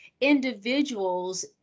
individuals